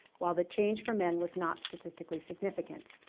while the change for men was not statistically significant.